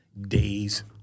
days